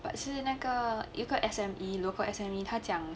but 是那个有一个 S_M_E local S_M_E 他讲